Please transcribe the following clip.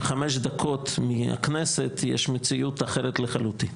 וחמש דקות מהכנסת יש מציאות אחרת לחלוטין.